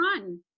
run